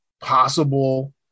possible